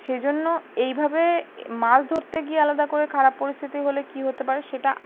সেই জন্য এইভাবে মাস ধরতে গিয়ে আলাদা করে খারাপ পরিস্থিতি হলে কী হতে পারে সেটা